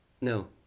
no